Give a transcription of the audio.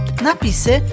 Napisy